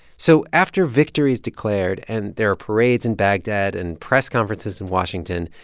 so after victory is declared and there are parades in baghdad and press conferences in washington,